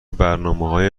برنامههای